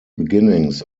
beginnings